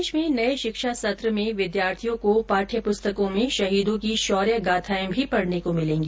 प्रदेश में नये शिक्षा सत्र में विद्यार्थियों को पाठ्यपुस्तकों में शहीदों की शौर्य गाथाएं भी पढ़ने को मिलेगी